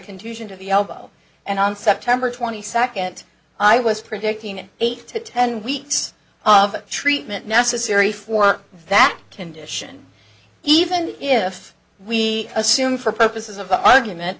contusion to the elbow and on september twenty second i was predicting an eight to ten weeks of treatment necessary for that condition even if we assume for purposes of argument